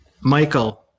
Michael